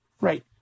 Right